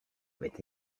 with